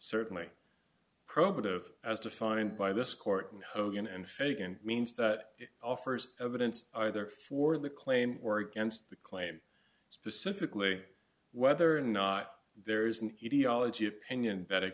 certainly probity of as defined by this court in hogan and fagan means that it offers evidence either for the claim or against the claim specifically whether or not there is an idiotic g opinion be